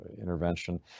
intervention